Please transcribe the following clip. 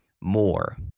more